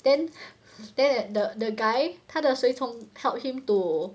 then then that the the guy 他的随从 helped him to